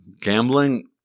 gambling